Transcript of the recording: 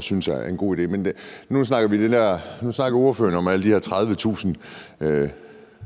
synes er en god idé. Nu snakker ordføreren om de her 30.000